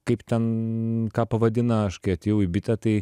kaip ten ką pavadina aš kai atėjau į bitę tai